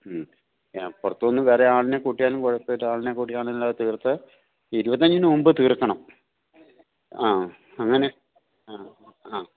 മ്മ് പുറത്തുനിന്ന് വേറെ ആളിനെ കൂട്ടിയാലും കുഴപ്പമില്ല ആളിനെക്കൂട്ടി ആണേലും അത് തീർത്ത് ഇരുപത്തിയഞ്ചിനുമുമ്പു തീർക്കണം ആ അങ്ങനെ ആ ആ